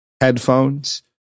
Headphones